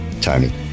tony